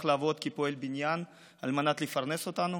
לעבוד כפועל בניין על מנת לפרנס אותנו.